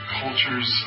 cultures